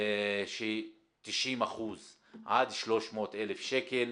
ש-90% עד 300,000 שקל.